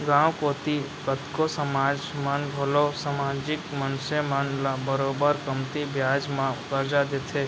गॉंव कोती कतको समाज मन घलौ समाजिक मनसे मन ल बरोबर कमती बियाज म करजा देथे